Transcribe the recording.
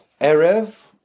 Erev